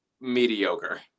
mediocre